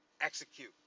Execute